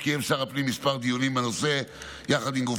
קיים שר הפנים מספר דיונים בנושא יחד עם גופי